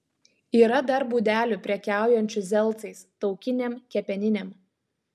yra dar būdelių prekiaujančių zelcais taukinėm kepeninėm